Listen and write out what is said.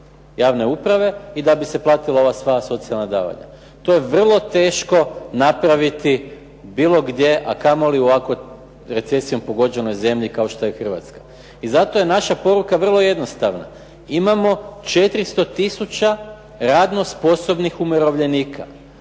javne uprave i da bi se platila ova sva socijalna davanja. To je vrlo teško napraviti bilo gdje a kamoli ovako u recesijom pogođenoj zemlji kao što je Hrvatska. I zato je naša poruka vrlo jednostavna. Imamo 400 tisuća radno sposobnih umirovljenika.